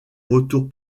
retours